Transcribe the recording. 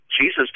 Jesus